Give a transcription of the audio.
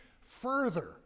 further